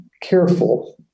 careful